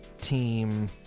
team